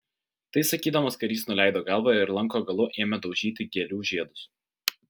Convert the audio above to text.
tai sakydamas karys nuleido galvą ir lanko galu ėmė daužyti gėlių žiedus